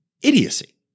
idiocy